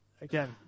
again